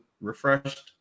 refreshed